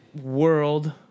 world